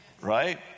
right